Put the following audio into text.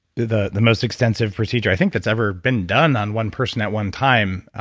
the the most extensive procedure i think that's ever been done on one person at one time,